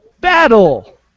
battle